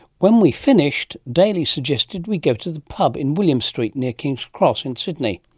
when we finished daley suggested we go to the pub in william street near king's cross in sydney.